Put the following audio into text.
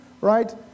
right